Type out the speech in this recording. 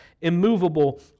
immovable